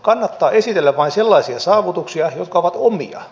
kannattaa esitellä vain sellaisia saavutuksia jotka ovat omia